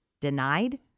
Denied